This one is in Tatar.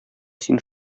син